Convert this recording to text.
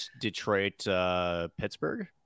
Detroit-Pittsburgh